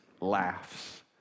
laughs